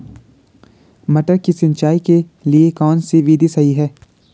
मटर की सिंचाई के लिए कौन सी विधि सही है?